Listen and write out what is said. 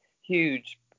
huge